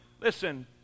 listen